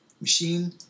machine